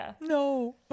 no